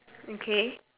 okay